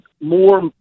more